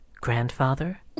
Grandfather